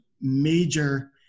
major